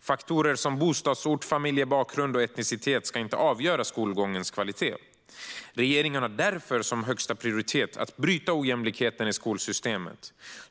Faktorer som bostadsort, familjebakgrund och etnicitet ska inte avgöra skolgångens kvalitet. Regeringen har därför som högsta prioritet att bryta ojämlikheten i skolsystemet.